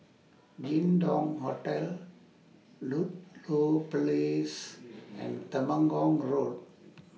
Jin Dong Hotel Ludlow Place and Temenggong Road